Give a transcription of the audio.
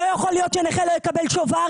לא יכול להיות שנכה לא יקבל שובר,